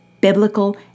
biblical